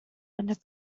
under